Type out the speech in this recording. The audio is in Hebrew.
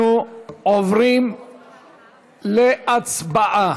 אנחנו עוברים להצבעה.